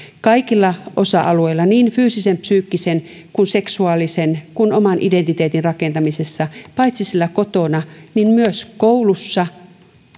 kaikilla osa alueilla niin fyysisen psyykkisen seksuaalisen kuin oman identiteetin rakentamisessa paitsi siellä kotona myös koulussa